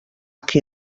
qui